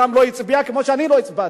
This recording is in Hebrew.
וגם לא הצביע, כמו שאני לא הצבעתי.